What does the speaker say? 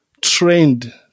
trained